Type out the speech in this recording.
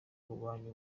kurwanya